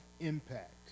impact